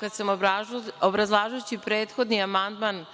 kada sam obrazlažući prethodni amandman